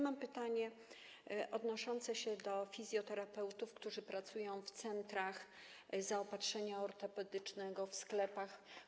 Mam pytanie odnoszące się do fizjoterapeutów, którzy pracują w centrach zaopatrzenia ortopedycznego, w sklepach.